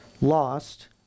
Lost